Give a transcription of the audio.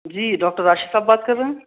جی doctor Rashid صاحب بات کر رہے ہیں